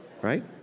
right